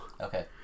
Okay